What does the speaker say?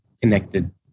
connected